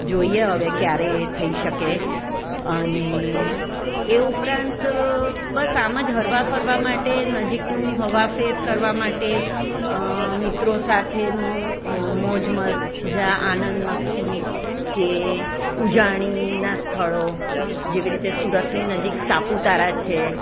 જોઈએ હવે ક્યારે થઈ શકે અને એ ઉપરાંત બસ આમ જ હરવા ફરવા માટે નજીકનું હવાફેર કરવા માટે મિત્રો સાથેનું મોજ મજા આનંદ મસ્તી કે ઉજાણીના સ્થળો જેવી રીતે સુરતની નજીક સાપુતારા છે